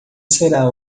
será